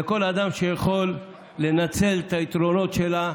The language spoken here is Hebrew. לכל אדם שיכול לנצל את היתרונות שלה,